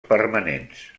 permanents